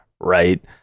right